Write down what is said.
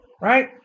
right